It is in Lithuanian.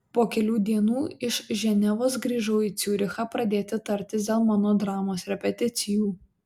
po kelių dienų iš ženevos grįžau į ciurichą pradėti tartis dėl mano dramos repeticijų